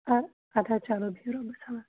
آ اَدٕ حظ چلو بِہِو رۄبَس حوالہٕ